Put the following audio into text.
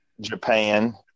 Japan